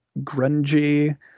grungy